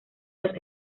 los